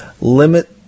limit